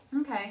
Okay